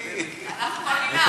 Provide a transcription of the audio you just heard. אנחנו,